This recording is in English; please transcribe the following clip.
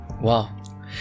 Wow